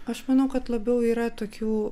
aš manau kad labiau yra tokių